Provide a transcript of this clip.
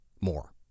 more